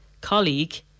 colleague